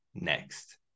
next